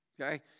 okay